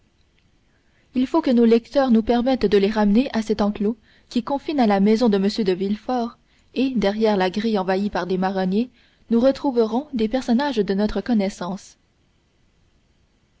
il faut que nos lecteurs nous permettent de les ramener à cet enclos qui confine à la maison de m de villefort et derrière la grille envahie par des marronniers nous retrouverons des personnages de notre connaissance